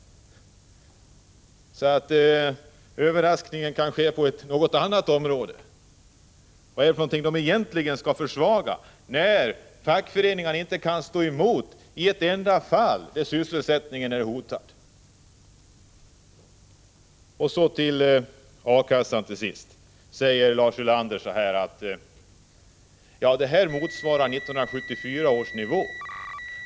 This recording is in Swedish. Så överraskningen vad mig beträffar kanske ligger på ett något annat plan. Vad är det för någonting som egentligen skall försvagas, när fackföreningarna inte kan stå emot i ett enda fall där sysselsättningen är hotad? Till sist några ord om A-kassan. Lars Ulander säger att det ifrågavarande beloppet motsvarar 1974 års nivå.